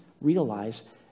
realize